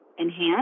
enhance